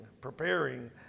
preparing